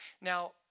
Now